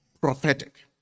prophetic